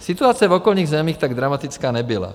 Situace v okolních zemích tak dramatická nebyla.